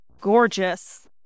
gorgeous